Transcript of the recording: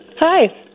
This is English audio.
hi